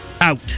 out